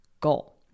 goal